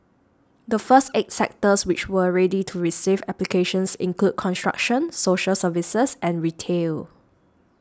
the first eight sectors which were ready to receive applications include construction social services and retail